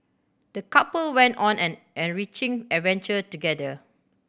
the couple went on an enriching adventure together